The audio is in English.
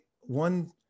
one